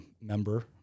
member